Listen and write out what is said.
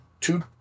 two